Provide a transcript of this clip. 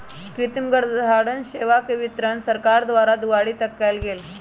कृतिम गर्भधारण सेवा के वितरण सरकार द्वारा दुआरी तक कएल गेल